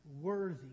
worthy